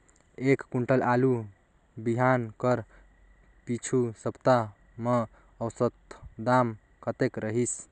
एक कुंटल आलू बिहान कर पिछू सप्ता म औसत दाम कतेक रहिस?